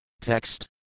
Text